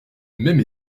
même